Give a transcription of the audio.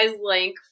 link